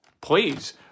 Please